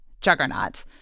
Juggernaut